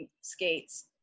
skates